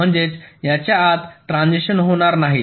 म्हणजेच याच्या आत ट्रान्झिशन होणार नाहीत